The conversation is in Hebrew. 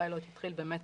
הפיילוט התחיל באמת